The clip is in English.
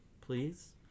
Please